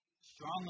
strong